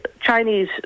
Chinese